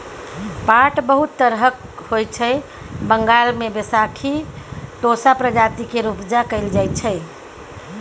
पाट बहुत तरहक होइ छै बंगाल मे बैशाखी टोसा प्रजाति केर उपजा कएल जाइ छै